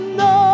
no